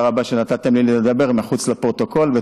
תודה רבה שנתתם לי לדבר מחוץ לפרוטוקול,